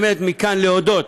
מכאן אני רוצה להודות,